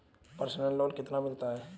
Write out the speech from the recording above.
Personal loan कितना मिलता है?